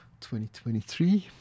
2023